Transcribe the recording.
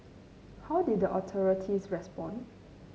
how did the authorities respond